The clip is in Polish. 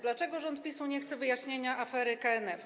Dlaczego rząd PiS-u nie chce wyjaśnienia afery KNF?